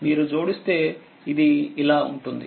మీరు జోడిస్తే ఇదిఇలా ఉంటుంది